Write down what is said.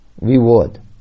reward